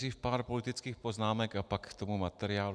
Nejdřív pár politických poznámek a pak k tomu materiálu.